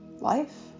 life